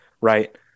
right